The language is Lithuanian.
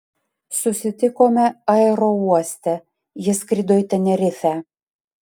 susitikome aerouoste ji skrido į tenerifę